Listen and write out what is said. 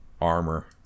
armor